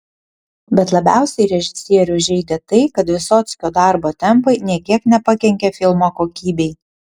bet labiausiai režisierių žeidė tai kad vysockio darbo tempai nė kiek nepakenkė filmo kokybei